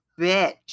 bitch